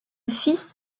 fils